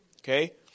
Okay